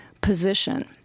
position